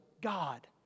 God